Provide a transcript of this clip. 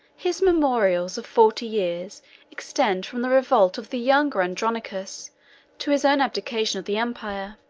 his memorials of forty years extend from the revolt of the younger andronicus to his own abdication of the empire